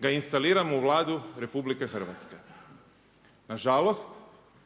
ga instaliramo u Vladu Republike Hrvatske. Nažalost,